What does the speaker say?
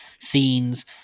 scenes